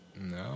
No